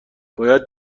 باید